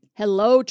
hello